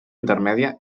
intermèdia